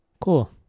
cool